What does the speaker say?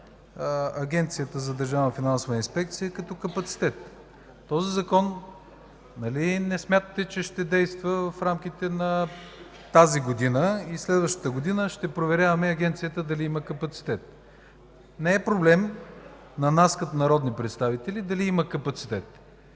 Агенцията за държавна финансова инспекция като капацитет. Този закон нали не смятате, че ще действа в рамките на тази година и следващата година ще проверяваме дали Агенцията има капацитет? Не е проблем на нас като народни представители дали има капацитет.